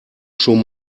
schon